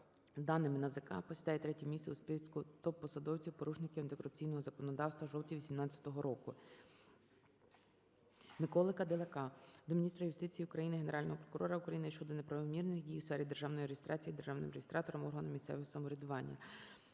за даними НАЗК, посідає третє місце у списку топ-посадовців - порушників антикорупційного законодавства у жовтні 2018 року. МиколиКадикала до міністра юстиції України, Генерального прокурора України щодо неправомірних дій у сфері державної реєстрації державним реєстратором органу місцевого самоврядування.